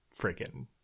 freaking